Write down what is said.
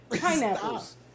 Pineapples